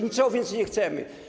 Niczego więcej nie chcemy.